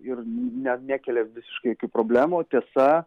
ir ne nekelia visiškai jokių problemų tiesa